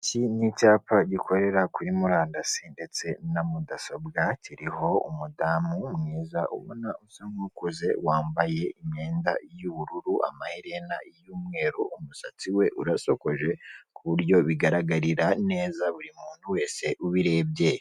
Iki ni icyapa gikorera kuri murandasi ndetse na mudasobwa kiriho umudamu mwiza ubona usa nk'ukuze, wambaye imyenda y'ubururu, amaherena y'umweru, umusatsi we urasokoje kuburyo bigaragarira neza buri muntu wese ubirebye.